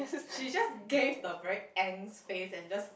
she just gave the very angst face and just